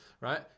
Right